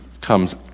comes